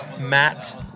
Matt